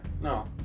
no